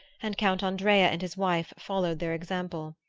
and count andrea and his wife followed their example.